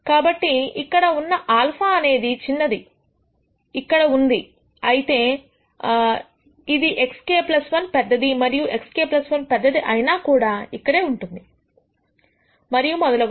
కాబట్టి ఇక్కడ ఉన్న α అనేది చిన్నది ఇక్కడ ఉంది అయితేఇది xk 1 పెద్దది మరియు xk 1 పెద్దది అయినా కూడా ఇక్కడే ఉంటుంది మరియు మొదలగునవి